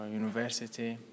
university